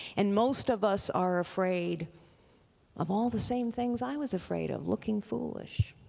and most of us are afraid of all the same things i was afraid of, looking foolish,